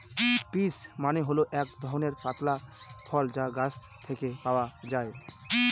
peach মানে হল এক ধরনের পাতলা ফল যা গাছ থেকে পাওয়া যায়